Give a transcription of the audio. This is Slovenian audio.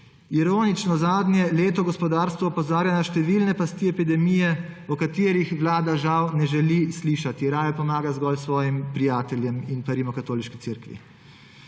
Ironično, zadnje leto gospodarstvo opozarja na številne pasti epidemije, o katerih Vlada žal ne želi slišati, raje pomaga zgolj svojim prijateljem in pa Rimskokatoliški cerkvi.